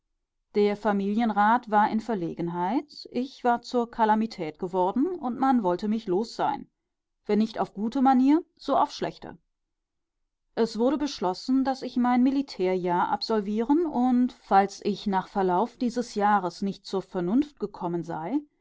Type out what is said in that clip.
der familienrat war in verlegenheit ich war zur kalamität geworden und man wollte mich los sein wenn nicht auf gute manier so auf schlechte es wurde beschlossen daß ich mein militärjahr absolvieren und falls ich nach verlauf dieses jahres nicht zur vernunft gekommen sei